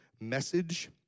message